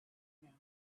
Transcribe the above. now